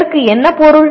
இதற்கு என்ன பொருள்